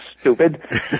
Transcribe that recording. stupid